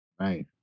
Right